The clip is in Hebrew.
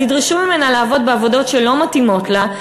אז ידרשו ממנה לעבוד בעבודות שלא מתאימות לה,